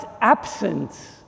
absence